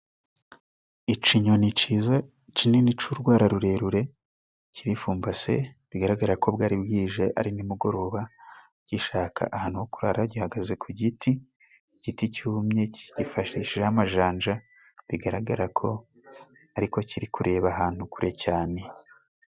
Icinyoni ciza cinini c'urwara rurerure kirifumbase bigaragara ko bwari bwije, ari nimugoroba gishaka ahantu ho kurara. Gihagaze ku giti, igiti cyumye kigifashishijeho amajanja, bigaragara ko ariko kiri kureba ahantu kure cyane.